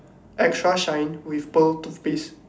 extra shine with pearl toothpaste